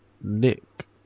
Nick